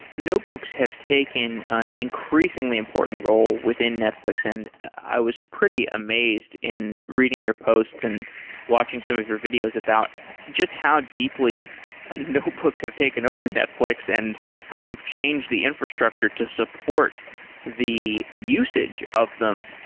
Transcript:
notebooks have taken an increasingly important role within netflix, and i was pretty amazed in reading your posts and watching some of your videos about just how deeply notebooks have taken over netflix and how you've changed the infrastructure to support the usage of them.